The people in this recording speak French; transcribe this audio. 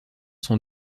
sont